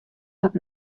hat